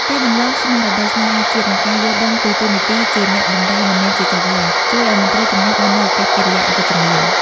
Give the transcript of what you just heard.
ការបណ្តុះស្មារតីស្នេហាជាតិ និងការយល់ដឹងពីតួនាទីជា "អ្នកបម្រើ" មិនមែនជា "ចៅហ្វាយ" ជួយឱ្យមន្ត្រីជំនះបាននូវអាកប្បកិរិយាអវិជ្ជមាន។